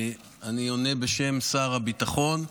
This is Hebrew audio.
אני עונה בשם שר הביטחון,